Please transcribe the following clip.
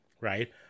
Right